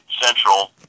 central